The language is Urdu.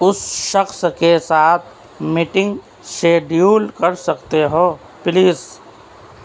اس شخص کے ساتھ میٹنگ شیڈیول کر سکتے ہو پلیز